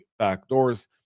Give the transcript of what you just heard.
backdoors